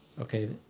okay